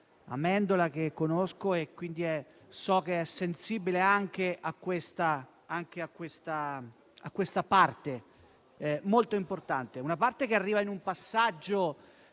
Amendola, che conosco e che so essere sensibile anche a questa parte molto importante. Una parte che arriva in un passaggio